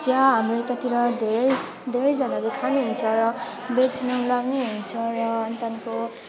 चिया हाम्रोतिर धेरै धेरैजनाले खानुहुन्छ र बेच्नुलाई पनि हुन्छ र अनि त्यहाँदेखिको